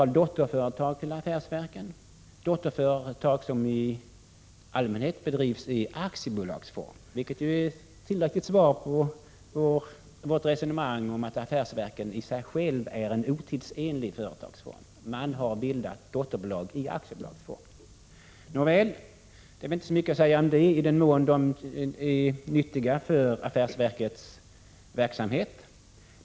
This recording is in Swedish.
Affärsverken har ett stort antal dotterföretag, som i allmänhet bedrivs i aktiebolagsform, vilket är ett tillräckligt svar på vårt resonemang om att affärsverken i sig själva är en otidsenlig företagsform. Man har bildat dotterbolag i aktiebolagsform. Nåväl, det är inte mycket att säga om det i den mån de är nyttiga för affärsverkets verksamhet.